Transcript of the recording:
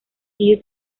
los